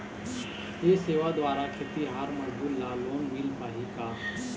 ये सेवा द्वारा खेतीहर मजदूर ला लोन मिल पाही का?